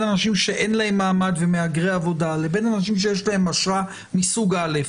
אנשים שאין להם מעמד ומהגרי עבודה לבין אנשים שיש להם אשרה מסוג א,